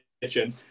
kitchen